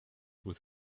with